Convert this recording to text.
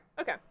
Okay